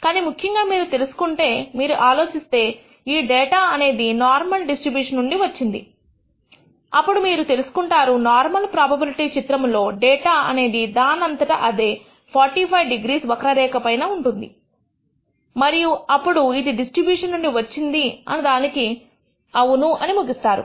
కానీ ముఖ్యంగా మీరు తెలుసుకుంటే మీరు ఆలోచిస్తే ఈ డేటా అనేది నార్మల్ డిస్ట్రిబ్యూషన్ నుండి వచ్చింది అప్పుడు మీరు తెలుసుకుంటారు నార్మల్ ప్రోబబిలిటీ చిత్రము లో డేటా అనేది దానంతట అదే 45 డిగ్రీస్ వక్ర రేఖ పై ఉంటుంది మరియు అప్పుడు ఇది డిస్ట్రిబ్యూషన్ నుండి వచ్చిందని అను దానికి అవును అని ముగిస్తారు